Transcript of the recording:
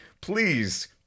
Please